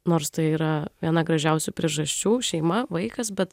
nors tai yra viena gražiausių priežasčių šeima vaikas bet